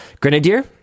grenadier